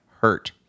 hurt